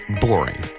boring